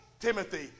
Timothy